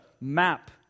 map